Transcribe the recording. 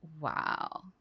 Wow